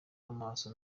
amaso